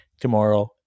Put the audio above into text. tomorrow